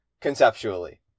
conceptually